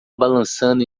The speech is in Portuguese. balançando